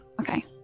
Okay